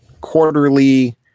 quarterly